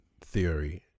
theory